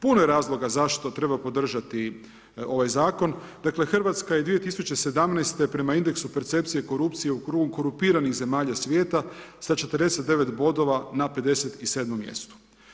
Puno je razloga zašto treba podržati ovaj zakona, dakle Hrvatska je 2017. prema indeksu percepcije korupcije u krugu korumpiranih zemalja svijeta sa 49 bodova na 57. mjestu.